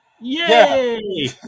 Yay